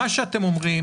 מה שאתם אומרים,